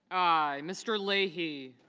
i. mr. leahy